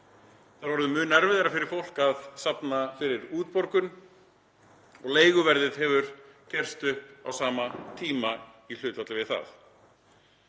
er orðið mun erfiðara fyrir fólk að safna fyrir útborgun og leiguverðið hefur keyrst upp á sama tíma í hlutfalli við það.